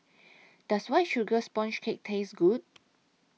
Does White Sugar Sponge Cake Taste Good